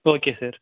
okay sir